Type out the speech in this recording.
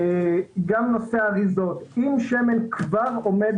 גם נושא האריזות - אם שמן כבר עומד